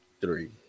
three